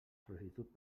sol·licitud